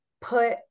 put